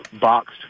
boxed